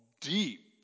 deep